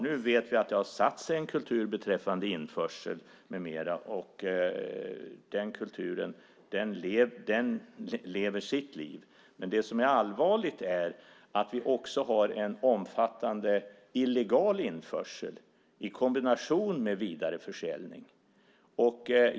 Nu vet vi att det har satt sig en kultur beträffande införsel med mera, och den kulturen lever sitt liv. Men det som är allvarligt är att vi också har en omfattande illegal införsel i kombination med vidareförsäljning.